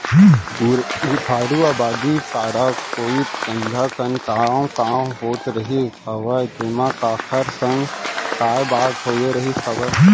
बुधारू अबादी पारा कोइत संझा कन काय कॉंव कॉंव होत रहिस हवय तेंमा काखर संग काय बात होगे रिहिस हवय?